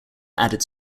added